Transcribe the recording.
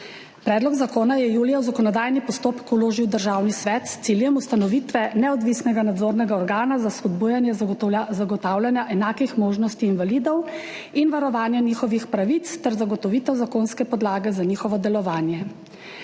Predlog zakona je julija v zakonodajni postopek vložil Državni svet s ciljem ustanovitve neodvisnega nadzornega organa za spodbujanje zagotavljanja enakih možnosti invalidov in varovanja njihovih pravic ter zagotovitev zakonske podlage za njihovo delovanje.